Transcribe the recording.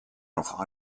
noch